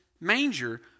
manger